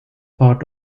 part